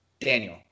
Daniel